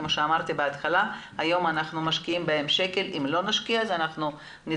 כפי שאמרתי בהתחלה שהיום אנחנו משקיעים בהם שקל ואם לא נשקיע נצטרך